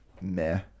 meh